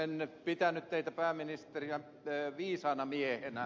olen pitänyt teitä pääministeri viisaana miehenä